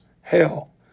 hell